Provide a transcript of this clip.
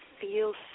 feels